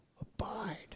Abide